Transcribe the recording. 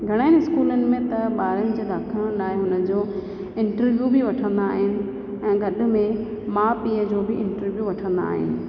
घणनि स्कूलनि में त ॿारनि जे दाखिला लाइ उन जो इंटरव्यू बि वठंदा आहिनि ऐं गॾु में माउ पीउ जो बि इंटरव्यू वठंदा आहिनि